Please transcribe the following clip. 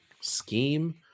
scheme